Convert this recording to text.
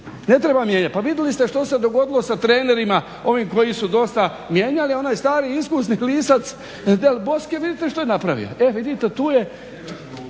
ne treba mijenjat. Pa vidjeli ste što se dogodilo sa trenerima onim koje su dosta mijenjali, a onaj stari iskusni lisac … vidite što je napravio. E vidite tu je…